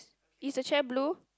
is the chair blue